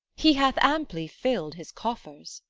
he hath amply fill'd his coffers.